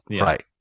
right